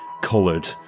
coloured